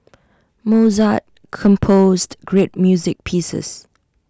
Mozart composed great music pieces